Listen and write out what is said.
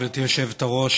גברתי היושבת-ראש,